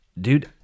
dude